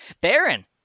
baron